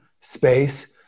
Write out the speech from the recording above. space